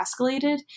escalated